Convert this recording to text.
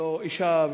ולא אשה,